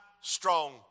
strong